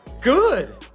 good